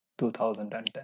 2010